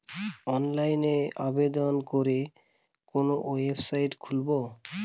অনলাইনে আবেদন করলে কোন ওয়েবসাইট খুলব?